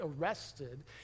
arrested